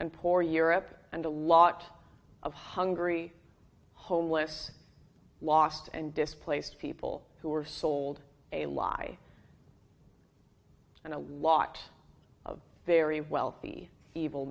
and poor europe and a lot of hungry homeless lost and displaced people who were sold a lie and a lot of very wealthy evil